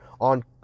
On